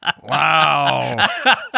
Wow